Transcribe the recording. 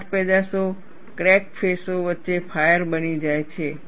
કાટ પેદાશો ક્રેક ફેસઓ વચ્ચે ફાચર બની જાય છે